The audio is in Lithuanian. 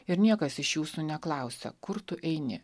ir niekas iš jūsų neklausia kur tu eini